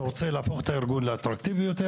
אתה רוצה להפוך את הארגון לאטרקטיבי יותר,